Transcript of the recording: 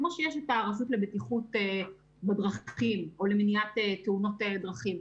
כמו שיש את הרשות לבטיחות בדרכים או למניעת תאונות דרכים.